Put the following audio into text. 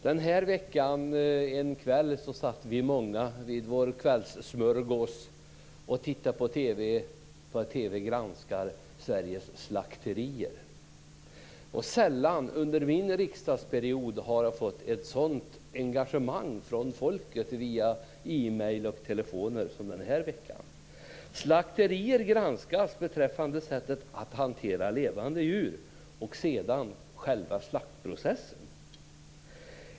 Den här veckan en kväll satt vi många vid vår kvällssmörgås och tittade på TV och såg hur TV granskade Sveriges slakterier. Sällan under min riksdagsperiod har jag mött ett sådant engagemang från folket via e-post och telefoner som den här veckan. Slakterier granskas beträffande sättet att hantera levande djur på och sedan själva slaktprocessen.